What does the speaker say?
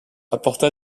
apporta